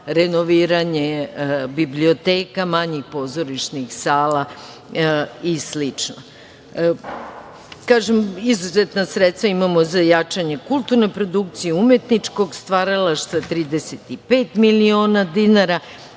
renoviranje biblioteka, manjih pozorišnih sala i slično. Kažem, izuzetna sredstva imamo za jačanja kulturne produkcije, umetničkog stvaralaštva, 35 miliona dinara.